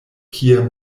kie